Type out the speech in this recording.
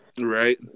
right